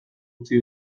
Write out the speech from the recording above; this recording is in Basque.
utzi